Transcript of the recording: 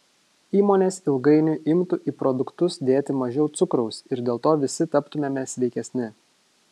įmonės ilgainiui imtų į produktus dėti mažiau cukraus ir dėl to visi taptumėme sveikesni